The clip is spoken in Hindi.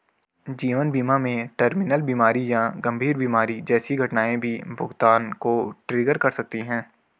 जीवन बीमा में टर्मिनल बीमारी या गंभीर बीमारी जैसी घटनाएं भी भुगतान को ट्रिगर कर सकती हैं